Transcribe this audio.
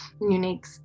unique